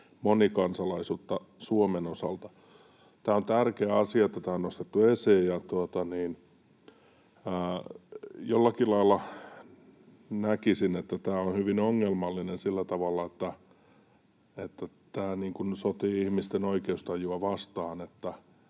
monikansalaisuutta Suomen osalta. Tämä on tärkeä asia, että tämä on nostettu esiin, ja jollakin lailla näkisin, että tämä on hyvin ongelmallinen sillä tavalla, että tämä niin kuin sotii ihmisten oikeustajua vastaan,